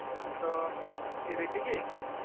ᱟᱧᱫᱚ ᱯᱷᱤᱨᱤ ᱛᱮᱜᱮ